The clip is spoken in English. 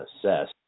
assess